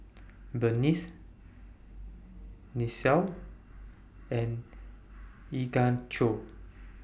Berniece Nichelle and Ignacio